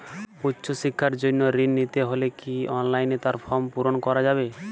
উচ্চশিক্ষার জন্য ঋণ নিতে হলে কি অনলাইনে তার ফর্ম পূরণ করা যাবে?